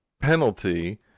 penalty